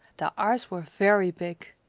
their eyes were very big.